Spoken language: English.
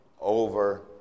over